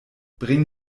bring